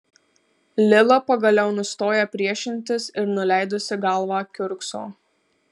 lila pagaliau nustoja priešintis ir nuleidusi galvą kiurkso